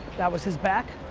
that was his back.